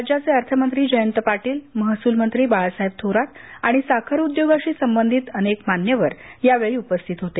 राज्याचे अर्थमंत्री जयंत पाटील महसूल मंत्री बाळासाहेब थोरात आणि साखर उद्योगाशी संबंधित अनेक मान्यवर यावेळी उपस्थित होते